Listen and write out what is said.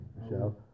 Michelle